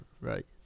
right